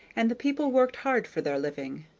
and the people worked hard for their living,